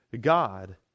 God